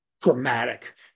dramatic